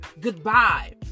goodbye